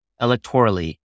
electorally